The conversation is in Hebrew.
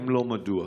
4. אם לא, מדוע?